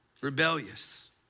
rebellious